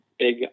big